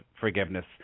forgiveness